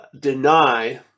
deny